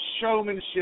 showmanship